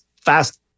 fast